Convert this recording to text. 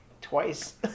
Twice